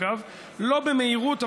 לא במהירות,